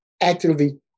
actively